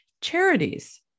charities